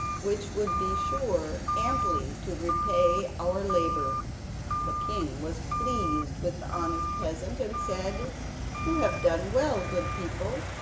which would be sure amply to repay our labour the king was pleased with the honest peasant, and said you have done well, good people,